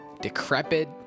decrepit